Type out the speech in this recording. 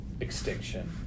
extinction